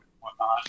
whatnot